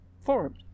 formed